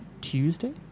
Tuesday